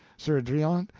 sir driant,